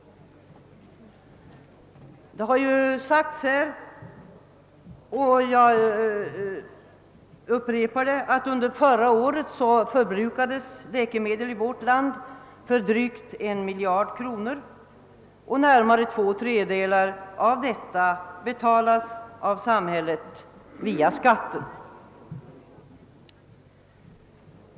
Det har sagts här — och jag upprepar det — att under förra året läkemedel i vårt land förbrukades för drygt 1 miljard kronor och att närmare två tredjedelar av detta belopp betalades av samhället via skatterna.